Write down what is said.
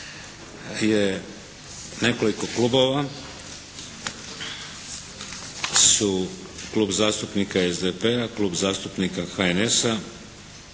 je nekoliko klubova su Klub zastupnika SDP-a, Klub zastupnika HNS-a,